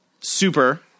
super